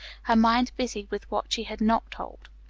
her mind busy with what she had not told.